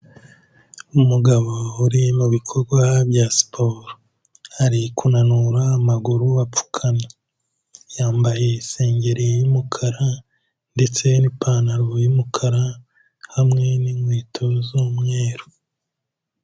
Umugabo uri mu bikorwa bya siporo, ari kunanura amaguru apfukamye, yambaye isengeri y'umukara ndetse n'ipantaro y'umukara hamwe n'inkweto z'umweru.